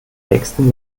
nächsten